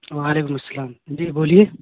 و علیکم السلام جی بولیے